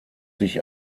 sich